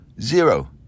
Zero